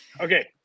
Okay